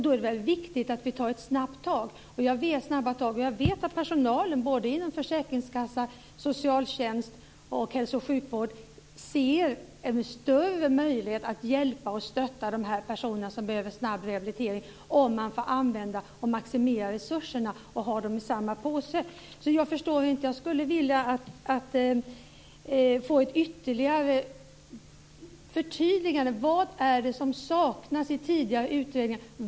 Då är det väl viktigt att vi tar snabba tag. Jag vet att personalen inom försäkringskassan, socialtjänsten och hälso och sjukvården ser en större möjlighet att hjälpa och stötta de personer som behöver snabb rehabilitering om man får maximera resurserna och ha dem i samma påse. Jag förstår inte. Jag skulle vilja få ett ytterligare förtydligande. Vad är det som saknas i tidigare utredningar?